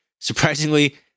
surprisingly